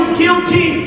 guilty